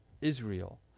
Israel